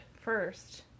first